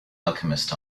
alchemist